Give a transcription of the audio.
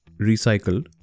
recycled